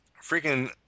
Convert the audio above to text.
freaking